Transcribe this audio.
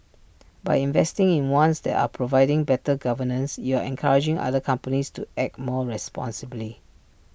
by investing in ones that are providing better governance you're encouraging other companies to act more responsibly